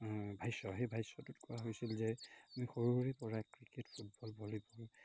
ভাষ্য সেই ভাষ্যটোত কোৱা হৈছিল যে আমি সৰু সৰুৰেপৰাই ক্ৰিকেট ফুটবল ভলীবল